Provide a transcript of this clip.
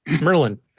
Merlin